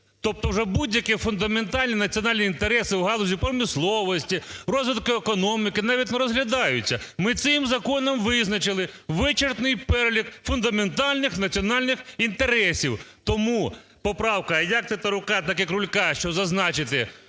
Тобто вже будь-які фундаментальні національні інтереси у галузі промисловості, розвитку економіки навіть не розглядаються. Ми цим законом визначили вичерпний перелік фундаментальних національних інтересів. Тому поправка як Тетерука, так і Крулька, що зазначити